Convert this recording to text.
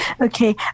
okay